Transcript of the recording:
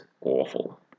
awful